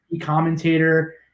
commentator